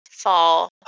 fall